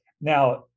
Now